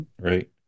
Right